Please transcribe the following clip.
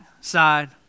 side